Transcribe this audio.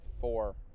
four